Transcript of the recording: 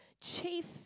chief